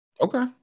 Okay